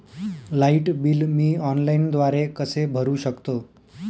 Light bill मी ऑनलाईनद्वारे कसे भरु शकतो?